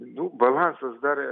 nu balansas dar